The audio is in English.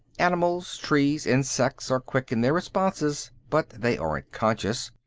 animals, trees, insects are quick in their responses, but they aren't conscious.